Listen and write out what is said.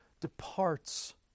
departs